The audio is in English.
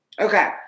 Okay